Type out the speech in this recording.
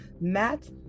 Matt